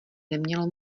nemělo